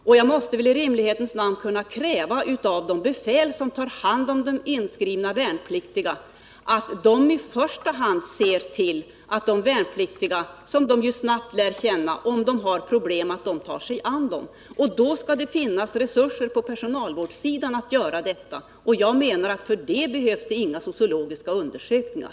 Man måste väl i rimlighetens namn kunna kräva av de befäl som tar hand om de inskrivna värnpliktiga, som de ju snabbt lär känna, att i första hand de tar sig an de värnpliktiga, om dessa har problem. Då skall det finnas resurser på personalvårdssidan att göra detta. För det behövs det inga sociologiska undersökningar.